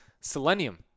selenium